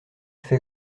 fait